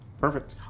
Perfect